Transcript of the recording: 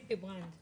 הייתי כל הזמן כאן.